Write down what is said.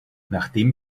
nachdem